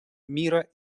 мира